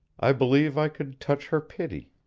i believe i could touch her pity